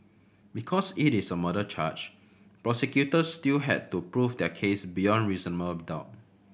because it is a murder charge prosecutors still had to prove their case beyond reasonable doubt